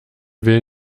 will